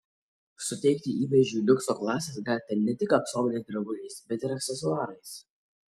suteikti įvaizdžiui liukso klasės galite ne tik aksominiais drabužiais bet ir aksesuarais